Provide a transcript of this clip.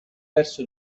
verso